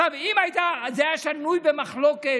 אם זה היה שנוי במחלוקת,